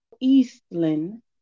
Eastland